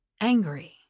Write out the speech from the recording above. angry